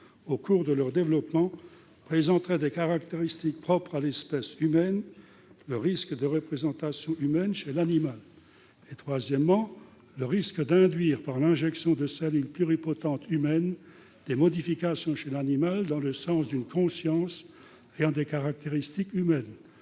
au cours de leur développement, présenteraient des caractéristiques propres à l'espèce humaine- risque de représentation humaine chez l'animal ; enfin, le troisième est d'induire, par l'injection de cellules pluripotentes humaines, des modifications chez l'animal dans le sens d'une conscience ayant des caractéristiques humaines-